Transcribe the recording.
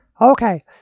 Okay